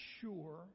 sure